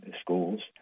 schools